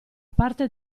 parte